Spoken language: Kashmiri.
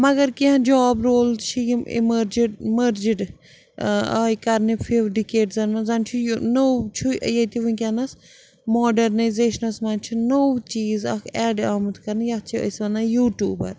مگر کیٚنٛہہ جاب رولٕز چھِ یِم اِمرجٕڈ اِمرجٕڈ آیہِ کَرنہٕ فِو ڈِکیڈزَن منٛز زَن چھُ یہِ نوٚو چھُ ییٚتہِ وٕنۍکٮ۪نَس ماڈرنایزیشنَس منٛز چھِ نوٚو چیٖز اَکھ اٮ۪ڈ آمُت کَرنہٕ یَتھ چھِ أسۍ وَنان یوٗٹیوٗبَر